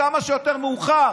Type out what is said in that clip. כמה שיותר מאוחר,